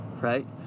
right